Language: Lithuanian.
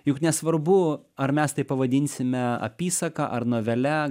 juk nesvarbu ar mes tai pavadinsime apysaka ar novele